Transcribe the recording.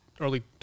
early